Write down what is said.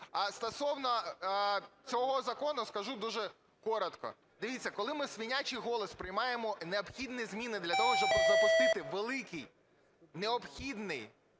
А стосовно цього закону скажу дуже коротко. Дивіться, коли ми в свинячий голос приймаємо необхідні зміни для того, щоб запустити великий необхідний